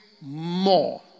more